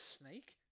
Snake